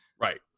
Right